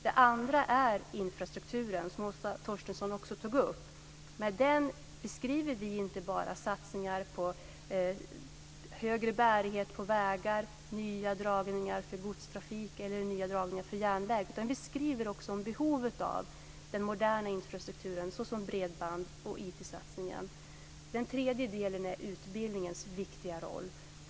Det andra är infrastrukturen, som Åsa Torstensson också tog upp. Med den beskriver vi inte bara satsningar på högre bärighet på vägar, nya dragningar för godstrafiken eller nya dragningar för järnväg. Vi skriver också om behovet av den moderna infrastrukturen, såsom bredband och IT-satsningen. Den tredje delen är utbildningens viktiga roll.